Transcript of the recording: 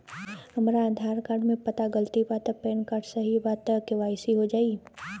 हमरा आधार कार्ड मे पता गलती बा त पैन कार्ड सही बा त के.वाइ.सी हो जायी?